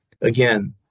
again